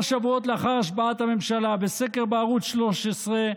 כמה שבועות לאחר השבעת הממשלה, בסקר בערוץ 13,